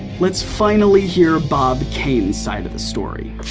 let's finally hear bob kane's side of the story.